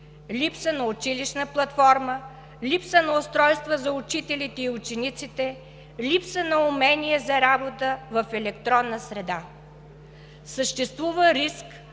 липса на училищна платформа, липса на устройства за учителите и учениците, липса на умение за работа в електронна среда. Съществува риск